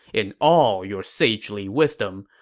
in all your sagely wisdom,